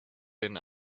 been